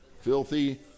filthy